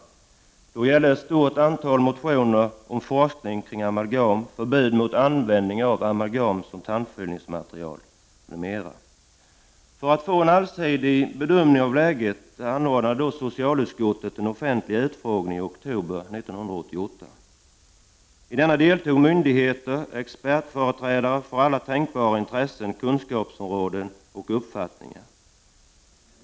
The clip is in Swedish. Det var då fråga om ett stort antal motioner om forskning kring amalgam och om förbud mot användning av amalgam som tandfyllningsmaterial m.m.. För att få en allsidig bedömning av läget anordnade socialutskottet en offentlig utfrågning i oktober 1988. I denna deltog myndigheter samt expertföreträdare för alla tänkbara intressen, kunskapsområden och uppfattningar.